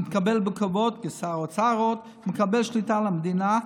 מתקבל בכבוד כשר האוצר ומקבל שליטה על המדינה,